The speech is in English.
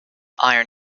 iron